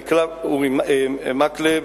אורי מקלב,